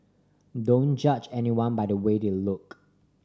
don't judge anyone by the way they look